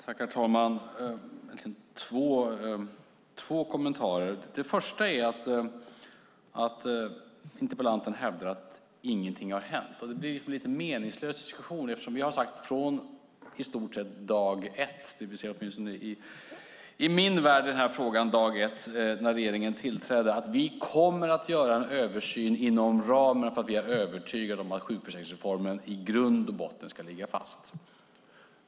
Herr talman! Jag har två kommentarer. För det första hävdar interpellanten att ingenting har hänt. Det blir en lite meningslös diskussion eftersom jag från i stort sett dag ett, åtminstone dag ett i min värld när regeringen tillträdde, har sagt att vi kommer att göra en översyn inom ramen för att vi är övertygade om sjukförsäkringsreformen i grund och botten ska ligga fast.